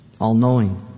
all-knowing